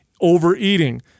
overeating